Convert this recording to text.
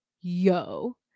Yo